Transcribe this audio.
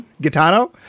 Gitano